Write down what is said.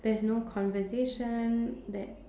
there's no conversation that